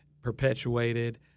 perpetuated